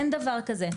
אין דבר כזה.